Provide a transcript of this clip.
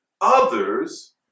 others